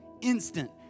instant